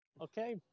Okay